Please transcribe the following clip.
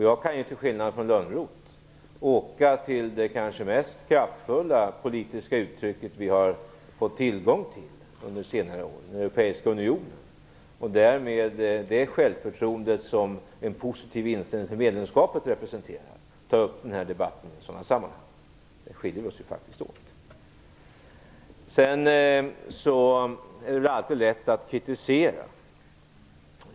Jag kan, till skillnad från Lönnroth, åka till det kanske mest kraftfulla politiska uttryck vi har fått tillgång till under senare år, den europeiska unionen, och där, med det självförtroende som en positiv inställning till medlemskapet representerar, ta upp denna debatt. Där skiljer vi oss faktiskt åt. Det är alltid lätt att kritisera.